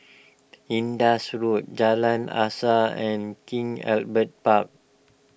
Indus Road Jalan Asas and King Albert Park